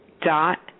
dot